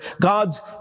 God's